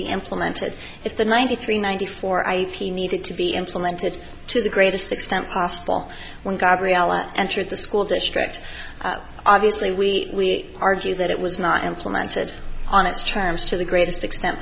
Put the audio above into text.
be implemented if the ninety three ninety four i needed to be implemented to the greatest extent possible when gabriella entered the school district obviously we argue that it was not implemented on its trams to the greatest extent